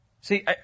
See